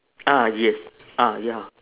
ah yes ah ya